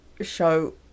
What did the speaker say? show